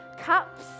cups